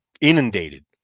inundated